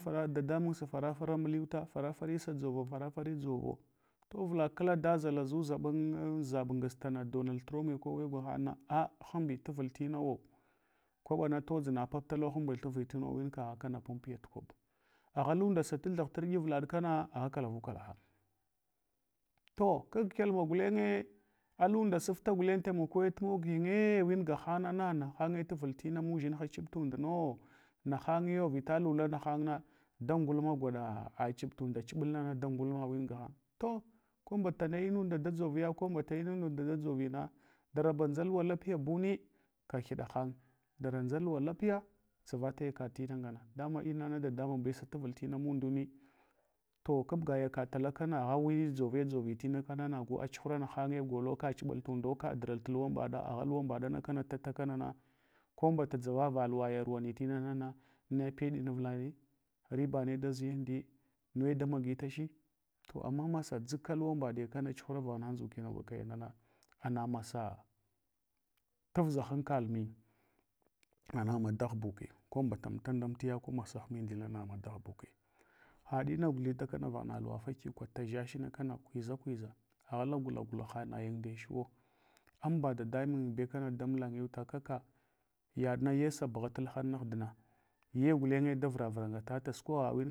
Fara, dadamun safana fara muluwutu, farafari sa dʒovo, daradari dʒovo to avla klada zala zu zaɓ ngastana donaltrump kowe gahang na ah hanbi tavultinawo, kwaɓa na todʒina paputala hambul taval hinawo winka pun piyat kwaɓa. agha lunda sa tathagh furmi avlaɗkana, agha kalavukala hanye, to kag kyalma gulenye, alunda sifta gulnye talmako tumaginye gahang nana nahange tavul tina mudʒinha chiɓ turedno. Na nanyo vita hula hanagna da ngulma gwaɗa chib tunda chibulna da ngulmo win gahang. To ko mbata ne inunda da dʒovya ko mbata inunda da dʒovina dara ba nʒa luwo lapiybuni, kahuɗahang, dara nʒaluwa lapiya zavakegh yakaɗ tia ngane, dama inang daɗamunbe sa tabul tina munduni. To kabka yakad tala kana, ghawi wi nʒave ndʒove tina kamana nagu achuhura nahanye golo ka duɓal tudo, ka dural luluwambada, agha luwambaɗakanu tatana, ko mbata nʒava va luwa yarwani tina na nepeɗe avlaɗi ribane daʒi andiyi, neda magdachi, to amm masa dʒuka luwan mɓada kana chuhura vaghna nʒukina wurkana ana masa tuvʒa hankal mi, nana maɗaghbuki, ko mbata mta ndamtiya ko masa hmai ndilna ma daghbuke. Hadina guthita kana vanghna luwu. Fakukwe tadzasna kana kwoʒa kwoʒa aghala gulagula hanayin ndehur amba dadamun be kaba damulayeta kakka yaɗna yesa bughat lahama aghdina, yequuɗeye davra vuratafa sukogha.